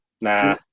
nah